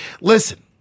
Listen